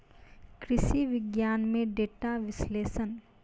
कृषि विज्ञान में डेटा विश्लेषण